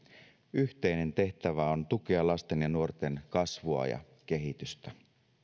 yhteinen tehtävä on tukea lasten ja nuorten kasvua ja kehitystä